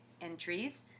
entries